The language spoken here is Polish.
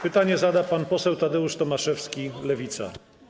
Pytanie zada pan poseł Tadeusz Tomaszewski, Lewica.